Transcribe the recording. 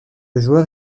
joueur